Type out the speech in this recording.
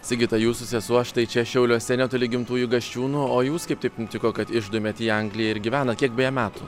sigita jūsų sesuo štai čia šiauliuose netoli gimtųjų gasčiūnų o jūs kaip taip nutiko kad išdūmėt į angliją ir gyvena kiek beje metų